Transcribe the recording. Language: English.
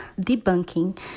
debunking